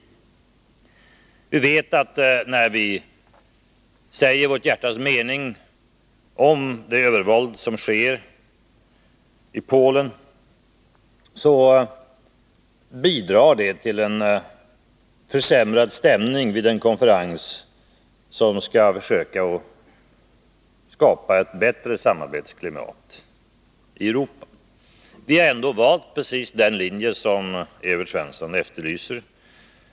Å andra sidan vet vi att när vi säger vårt hjärtas mening om det övervåld som sker i Polen bidrar det till en försämrad stämning vid den konferens som skall försöka skapa ett bättre samarbetsklimat i Europa. Vi har ändå valt precis den linje som Evert Svensson efterlyser.